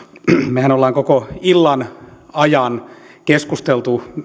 mehän olemme koko illan ajan keskustelleet